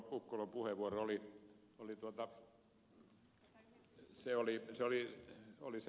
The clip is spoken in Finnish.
ukkolan puheenvuoro oli sali olisi